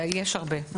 יש הרבה.